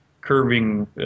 curving